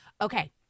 Okay